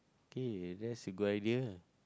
okay that's a good idea